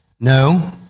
No